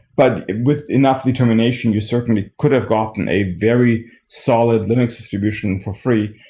but with enough determination, you certainly could have gotten a very solid linux distribution for free.